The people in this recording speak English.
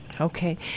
Okay